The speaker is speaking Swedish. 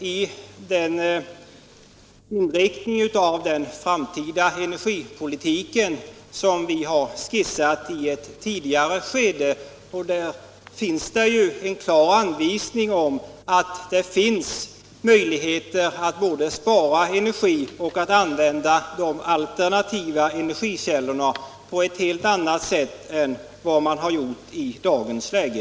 I den inriktning av den framtida energipolitiken som vi har skisserat i ett tidigare skede finns det en klar anvisning om att vi har möjligheter att både spara energi och använda de alternativa energikällorna på ett helt annat sätt än vad som sker i dagens läge.